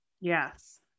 yes